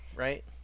right